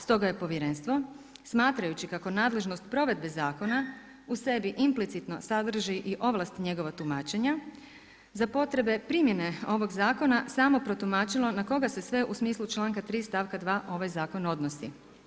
Stoga je Povjerenstvo smatrajući kako nadležnost provedbe zakona u sebi implicitno sadrži i ovlasti njegova tumačenja za potrebe primjene ovog zakona samo protumačilo na koga se sve u smislu članka 3. stavka 2. ovaj Zakon odnosi.